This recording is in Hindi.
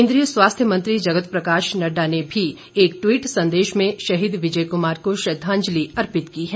केन्द्रीय स्वास्थ्य मंत्री जगत प्रकाश नड्डा ने एक ट्वीट संदेश में शहीद विजय कुमार को श्रद्धांजलि अर्पित की है